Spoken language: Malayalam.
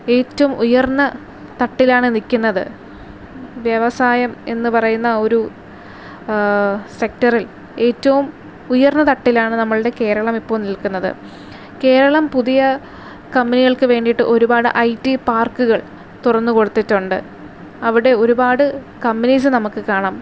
ഏറ്റവും ഉയർന്ന തട്ടിലാണ് നിൽക്കുന്നത് വ്യവസായം എന്ന് പറയുന്ന ഒരു സെക്റ്ററിൽ ഏറ്റവും ഉയർന്ന തട്ടിലാണ് നമ്മളുടെ കേരളം ഇപ്പോൾ നിൽക്കുന്നത് കേരളം പുതിയ കമ്പനികൾക്ക് വേണ്ടിയിട്ട് ഒരുപാട് ഐ ടി പാർക്കുകൾ തുറന്നു കൊടുത്തിട്ടുണ്ട് അവിടെ ഒരുപാട് കമ്പനീസ് നമുക്ക് കാണാം